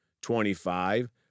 Twenty-five